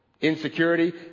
Insecurity